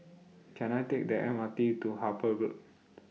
Can I Take The M R T to Harper Road